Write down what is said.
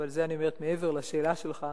אבל את זה אני אומרת מעבר לשאלה שלך.